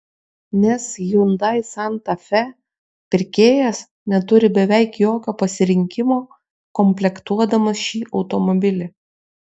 nes hyundai santa fe pirkėjas neturi beveik jokio pasirinkimo komplektuodamas šį automobilį